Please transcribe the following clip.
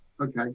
okay